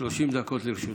30 דקות לרשותך.